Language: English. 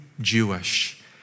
Jewish